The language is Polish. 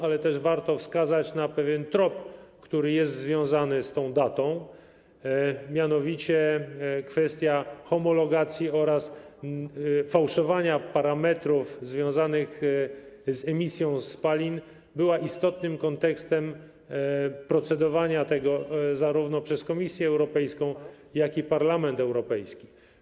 Ale też warto wskazać na pewien trop, który jest związany z tą datą, mianowicie kwestia homologacji oraz fałszowania parametrów związanych z emisją spalin była istotnym kontekstem procedowania nad tym zarówno przez Komisję Europejską, jak i przez Parlament Europejski.